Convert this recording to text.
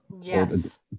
Yes